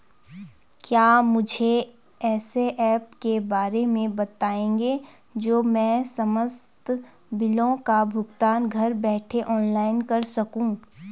क्या मुझे ऐसे ऐप के बारे में बताएँगे जो मैं समस्त बिलों का भुगतान घर बैठे ऑनलाइन कर सकूँ?